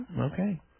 okay